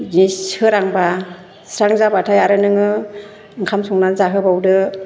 जे सोरांबा स्रां जाबायथाय आरो नोङो ओंखाम संनानै जाहोबावदो